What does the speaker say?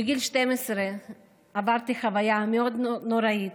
בגיל 12 עברתי חוויה מאוד נוראית,